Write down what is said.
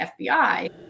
FBI